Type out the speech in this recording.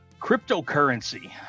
Cryptocurrency